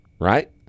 Right